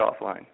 offline